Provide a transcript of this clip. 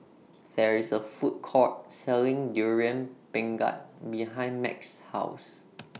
There IS A Food Court Selling Durian Pengat behind Max's House